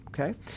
Okay